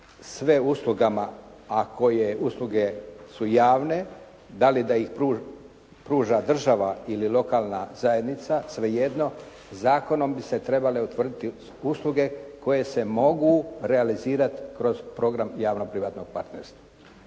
sve uslugama ako su usluge javne, da li da ih pruža država ili lokalna zajednica, svejedno. Zakonom bi se trebale utvrditi usluge koje se mogu realizirati kroz program javno-privatnog partnerstva.